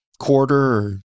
quarter